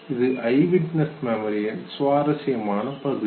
இது ஐவிட்னஸ் மெமரியின் சுவாரஸ்யமான பகுதி